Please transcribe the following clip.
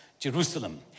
Jerusalem